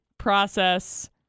Process